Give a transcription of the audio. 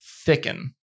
thicken